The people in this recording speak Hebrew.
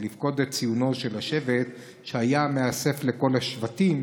ולפקוד את ציונו של השבט שהיה מאסף לכל השבטים,